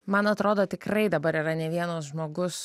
man atrodo tikrai dabar yra ne vienas žmogus